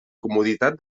comoditat